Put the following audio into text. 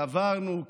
סברנו,